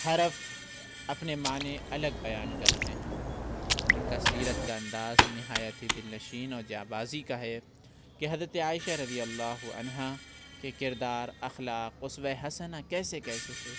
حرف اپنے معنے الگ بیان کر رہے ہیں اُن کا سیرت کا انداز نہایت ہی دلنشین اور جاں بازی کا ہے کہ حضرت عائشہ رضی اللہ عنہا کے کردار اخلاق اسوۂ حسنہ کیسے کیسے تھے